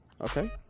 okay